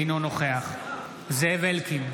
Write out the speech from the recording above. אינו נוכח זאב אלקין,